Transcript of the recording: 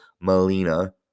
Melina